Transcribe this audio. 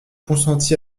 consenti